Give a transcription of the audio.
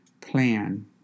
plan